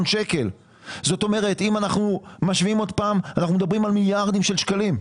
שקל כלומר אנחנו מדברים על מיליארדים של שקלים.